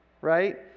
right